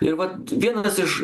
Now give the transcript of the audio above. ir vat vienas iš